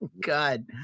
god